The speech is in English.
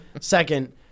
second